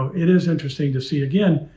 it is interesting to see again.